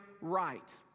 right